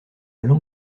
langue